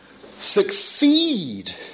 Succeed